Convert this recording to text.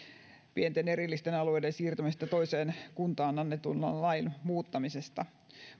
pienten erillisten alueiden siirtämisestä toiseen kuntaan annetun lain lain muuttamisesta